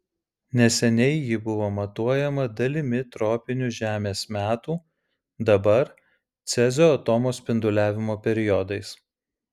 neseniai ji buvo matuojama dalimi tropinių žemės metų dabar cezio atomo spinduliavimo periodais